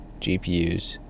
GPUs